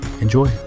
Enjoy